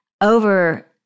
over